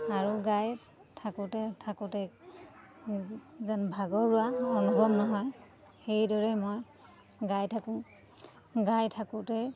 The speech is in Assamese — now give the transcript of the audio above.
আৰু গাই থাকোঁতে থাকোঁতে যেন ভাগৰুৱা অনুভৱ নহয় সেইদৰে মই গাই থাকোঁ গাই থাকোঁতে